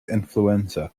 influenza